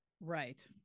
Right